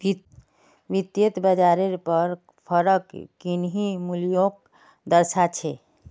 वित्तयेत बाजारेर पर फरक किन्ही मूल्योंक दर्शा छे